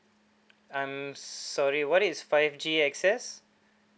I'm sorry what is five G access